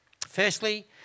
Firstly